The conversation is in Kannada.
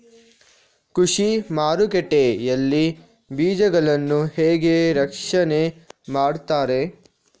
ಕೃಷಿ ಮಾರುಕಟ್ಟೆ ಯಲ್ಲಿ ಬೀಜಗಳನ್ನು ಹೇಗೆ ರಕ್ಷಣೆ ಮಾಡ್ತಾರೆ?